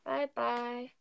Bye-bye